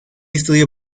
estudia